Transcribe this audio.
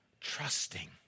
trusting